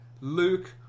Luke